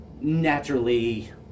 Naturally